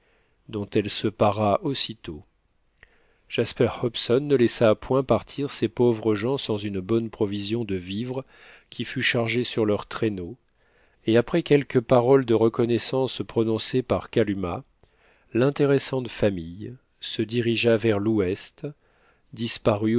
dont elle se para aussitôt jasper hobson ne laissa point partir ces pauvres gens sans une bonne provision de vivres qui fut chargée sur leur traîneau et après quelques paroles de reconnaissance prononcées par kalumah l'intéressante famille se dirigeant vers l'ouest disparut